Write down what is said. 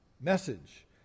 message